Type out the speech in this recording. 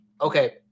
Okay